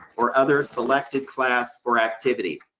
or other selected class or activity.